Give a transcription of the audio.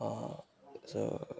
so